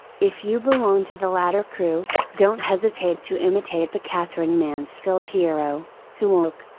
if you belong to the latter crew, don't hesitate to imitate the katherine mansfield hero, who woke,